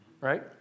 Right